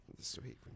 Sweet